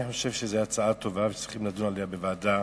אני חושב שזו הצעה טובה ושצריכים לדון עליה בוועדה.